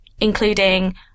including